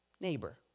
neighbor